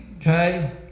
Okay